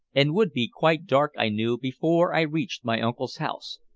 and would be quite dark, i knew, before i reached my uncle's house.